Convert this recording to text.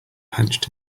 hunched